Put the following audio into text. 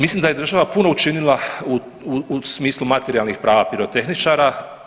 Mislim da je država puno učinila u smislu materijalnih prava pirotehničara.